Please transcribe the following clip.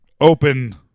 Open